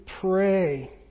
pray